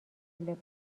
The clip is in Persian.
لباس